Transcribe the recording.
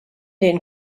den